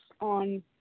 on